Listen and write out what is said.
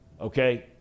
Okay